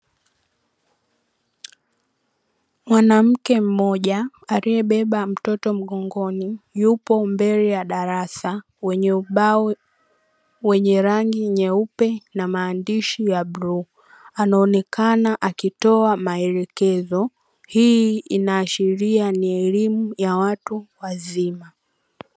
Mwanamke mmoja aliyebeba mtoto mgongoni yupo mbele ya darasa wenye ubao wenye rangi nyeupe na maandishi ya bluu anaonekana akitoa maelekezo hii inaashiria ni elimu ya watu wazima.